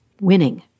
winning